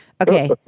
Okay